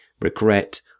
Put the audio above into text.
regret